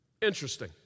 Interesting